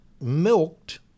milked